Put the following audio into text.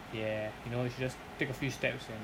ya you know it's just take a few steps and